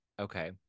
Okay